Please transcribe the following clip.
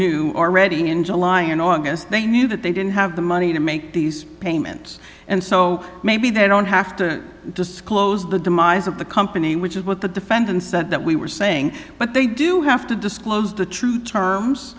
knew already in july and august they knew that they didn't have the money to make these payments and so maybe they don't have to disclose the demise of the company which is what the defendant said that we were saying but they do have to disclose the true terms